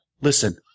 Listen